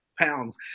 pounds